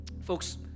Folks